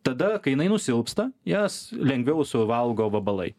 tada kai jinai nusilpsta jas lengviau suvalgo vabalai